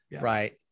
Right